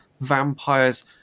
vampires